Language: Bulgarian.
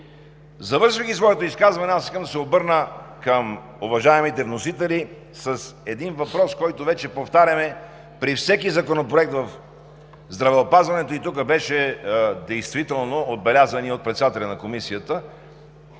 Завършвайки своето изказване, аз искам да се обърна към уважаемите вносители с един въпрос, който вече повтаряме при всеки законопроект в здравеопазването и тук беше действително отбелязан и от председателя на Комисията